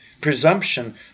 Presumption